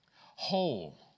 whole